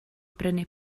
brynu